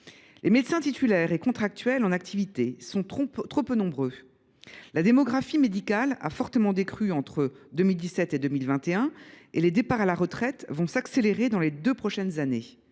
Les médecins titulaires et contractuels en activité sont trop peu nombreux. La démographie médicale a fortement décru entre 2017 et 2021, et les départs à la retraite vont s’accélérer dans les deux prochaines années.